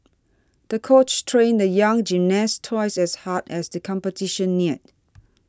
the coach trained the young gymnast twice as hard as the competition neared